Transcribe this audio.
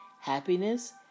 happiness